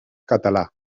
català